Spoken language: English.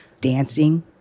dancing